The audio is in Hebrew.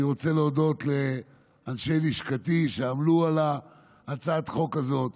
אני רוצה להודות לאנשי לשכתי שעמלו על הצעת החוק הזאת,